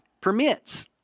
permits